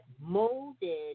molded